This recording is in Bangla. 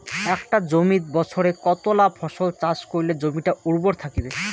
একটা জমিত বছরে কতলা ফসল চাষ করিলে জমিটা উর্বর থাকিবে?